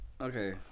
okay